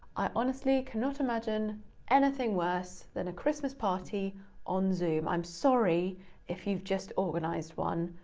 i honestly cannot imagine anything worse than a christmas party on zoom. i'm sorry if you've just organised one,